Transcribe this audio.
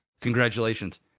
Congratulations